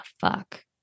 fuck